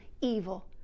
evil